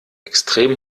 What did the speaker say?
extrem